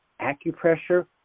acupressure